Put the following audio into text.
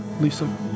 Lisa